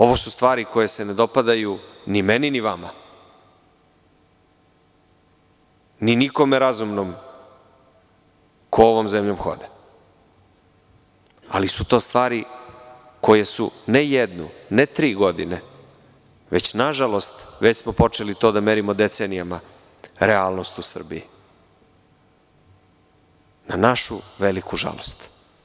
Ovo su stvari koje se ne dopadaju ni meni ni vama ni nikome razumnom ko ovom zemljom hoda, ali su to stvari koje su ne jednu, ne tri godine, već nažalost, to smo počeli da merimo decenijama, realnost u Srbiji, na našu veliku žalost.